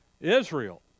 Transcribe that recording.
Israel